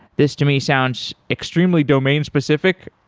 this to me sounds extremely domain specific.